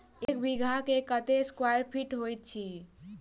एक बीघा मे कत्ते स्क्वायर फीट होइत अछि?